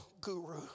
guru